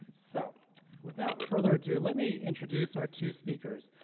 so without further ado, let me introduce our two speakers.